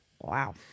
Wow